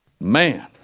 Man